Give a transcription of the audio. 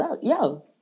yo